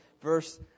verse